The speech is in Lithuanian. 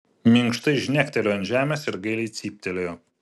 minkštai žnektelėjo ant žemės ir gailiai cyptelėjo